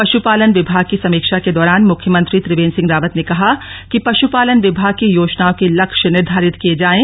पश्पालन विभाग की समीक्षा के द ौरान मुख्यमंत्री त्रिवेंद्र सिंह रावत ने कहा कि पश्पालन विभाग की योजनाओं के लक्ष्य निर्घारित किये जाएं